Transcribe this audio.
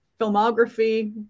filmography